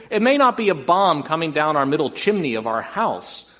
it may not be a bomb coming down our middle chimney of our house,